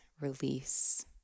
release